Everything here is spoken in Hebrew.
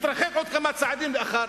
התרחק עוד כמה צעדים לאחר